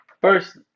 first